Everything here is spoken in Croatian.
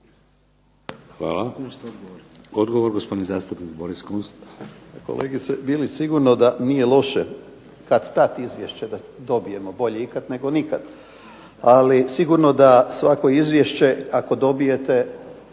Hvala. Odgovor, gospodin zastupnik Boris Kunst.